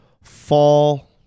fall